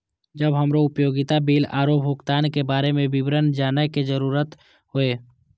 जब हमरा उपयोगिता बिल आरो भुगतान के बारे में विवरण जानय के जरुरत होय?